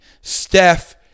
Steph –